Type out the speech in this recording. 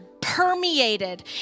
permeated